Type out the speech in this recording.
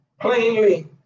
plainly